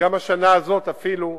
השנה הזאת אפילו,